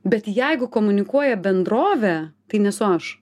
bet jeigu komunikuoja bendrovė tai nesu aš